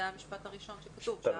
זה המשפט הראשון שכתוב.